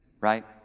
right